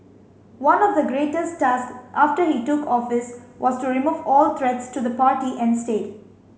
one of the greatest task after he took office was to remove all threats to the party and state